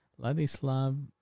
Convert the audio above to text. Ladislav